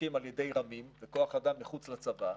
מוחזקים על ידי רמי"ם וכוח אדם מחוץ לצבא,